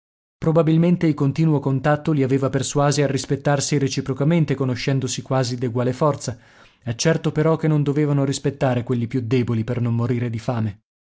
probabilmente il continuo contatto li aveva persuasi a rispettarsi reciprocamente conoscendosi quasi d'eguale forza è certo però che non dovevano rispettare quelli più deboli per non morire di fame